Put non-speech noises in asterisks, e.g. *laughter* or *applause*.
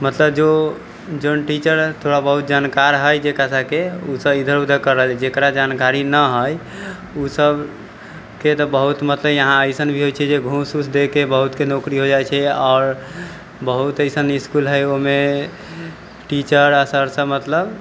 मतलब जो जौन टीचर थोड़ा बहुत जानकार हइ *unintelligible* के ओ सब इधर उधर करै जेकरा जानकारी नहि हइ ओ सबकेँ तऽ बहुत मतलब यहाँ अइसन भी होइत छै जे घूस उस दैके बहुतके नौकरी हो जाइत छै आओर बहुत अइसन इसकुल हइ ओहिमे टीचर आ सरसँ मतलब